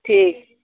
ठीकु